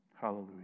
Hallelujah